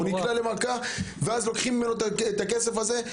הוא נקלע למועקה ואז לוקחים ממנו את הכסף הזה.